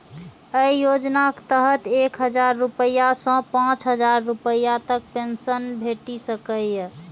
अय योजनाक तहत एक हजार रुपैया सं पांच हजार रुपैया तक पेंशन भेटि सकैए